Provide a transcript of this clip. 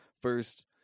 First